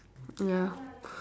ya